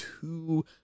two